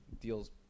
deal's